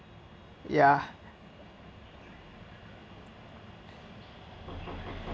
ya